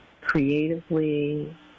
creatively